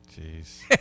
Jeez